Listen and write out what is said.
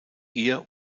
ihr